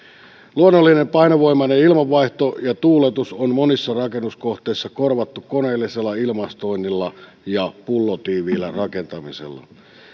luonnollinen painovoimainen ilmanvaihto ja tuuletus on monissa rakennuskohteissa korvattu koneellisella ilmastoinnilla ja pullotiiviillä rakentamisella